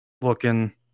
looking